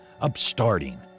upstarting